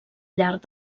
llarg